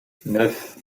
neuf